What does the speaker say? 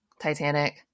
titanic